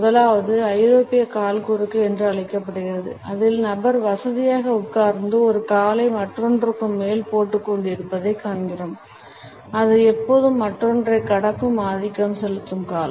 முதலாவது ஐரோப்பிய கால் குறுக்கு என்று அழைக்கப்படுகிறது அதில் நபர் வசதியாக உட்கார்ந்து ஒரு காலை மற்றொன்றுக்கு மேல் போட்டுக்கொண்டிருப்பதைக் காண்கிறோம் அது எப்போதும் மற்றொன்றைக் கடக்கும் ஆதிக்கம் செலுத்தும் கால்